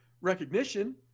recognition